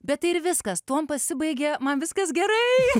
bet tai ir viskas tuom pasibaigė man viskas gerai